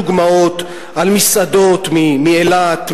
דוגמאות על מסעדות באילת,